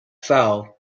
foul